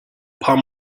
palm